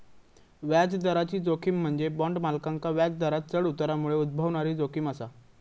व्याजदराची जोखीम म्हणजे बॉण्ड मालकांका व्याजदरांत चढ उतारामुळे उद्भवणारी जोखीम असा